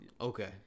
Okay